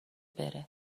بره